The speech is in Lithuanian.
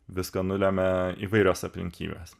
viską nulemia įvairios aplinkybės